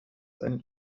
seine